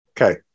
Okay